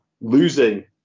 losing